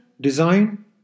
design